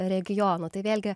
regionų tai vėlgi